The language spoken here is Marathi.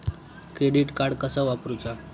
क्रेडिट कार्ड कसा वापरूचा?